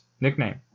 nickname